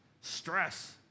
Stress